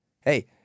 Hey